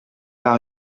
pas